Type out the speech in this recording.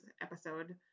episode